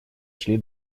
шли